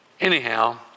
Anyhow